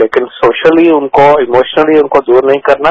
लेकिन सोशली उनको इमोशली उनको दूर नहीं करना